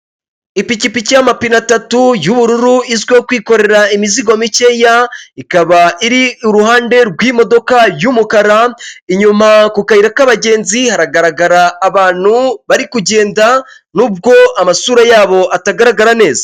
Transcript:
Ipikipiki y'amapine atatu yubururu izwiho kwikorera imizigo mikeya ikaba iri iruhande rw'imodoka y'umukara inyuma ku kayira k'abagenzi haragaragara abantu bari kugenda nubwo amasura yabo atagaragara neza .